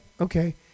okay